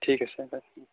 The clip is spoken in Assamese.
ঠিক আছে